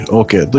okay